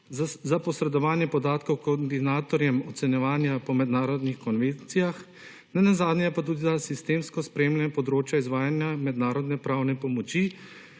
za posredovanje podatkov koordinatorjem ocenjevanja po mednarodnih konvencijah, nenazadnje je tudi za sistemsko spremljanje področje izvajanja mednarodne pravne pomoči